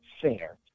fair